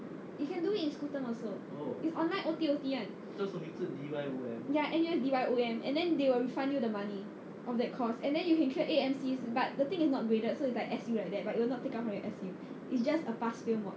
you can do it in school term also is online O_T_O_T [one] ya N_U_S D_Y_O_M and then they will refund you the money of that course and then you can clear eight M_C's but the thing is not graded so is like S_U like that but it will not take out from your S_U is just a pass fail mod